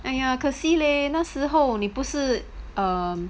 !aiya! 可惜 leh 那时候你不是 um